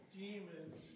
demons